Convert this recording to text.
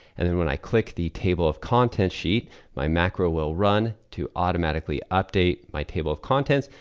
and then when i click the table of contents sheet my macro will run to automatically update my table of contents,